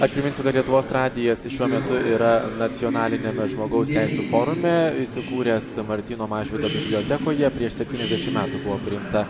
aš priminsiu kad lietuvos radijas šiuo metu yra nacionaliniame žmogaus teisių forume įsikūręs martyno mažvydo bibliotekoje prieš septyniasdešimt metų buvo priimta